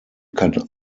kann